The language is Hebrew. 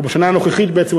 או בשנה הנוכחית בעצם,